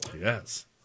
yes